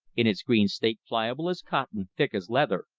in its green state pliable as cotton, thick as leather,